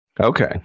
Okay